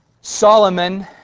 Solomon